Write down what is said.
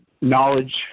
Knowledge